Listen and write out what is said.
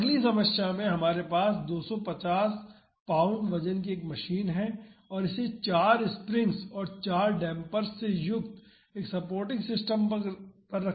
तो अगली समस्या में हमारे पास 250 पाउंड वजन की एक मशीन है और इसे चार स्प्रिंग्स और चार डैम्पर्स से युक्त एक सपोर्टिंग सिस्टम पर रखा गया है